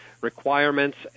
requirements